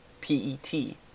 p-e-t